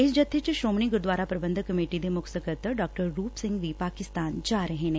ਇਸ ਜੱਬੇ ਚ ਸ੍ਰੋਮਣੀ ਗੁਰਦੁਆਰਾ ਪ੍ਰੰਬਧਕ ਕਮੇਟੀ ਦੇ ਮੁੱਖ ਸਕੱਤਰ ਡਾ ਰੁਪ ਸਿੰਘ ਵੀ ਪਾਕਿਸਤਾਨ ਜਾ ਰਹੇ ਨੇ